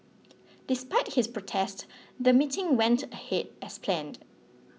despite his protest the meeting went ahead as planned